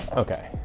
okay.